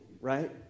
right